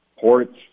Ports